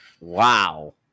Wow